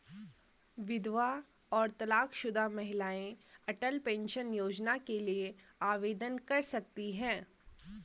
विधवा और तलाकशुदा महिलाएं अटल पेंशन योजना के लिए आवेदन कर सकती हैं